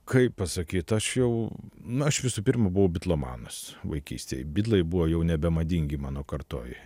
kaip pasakyt aš jau na aš visų pirmą buvau bitlomanas vaikystėj bitlai buvo jau nebemadingi mano kartoj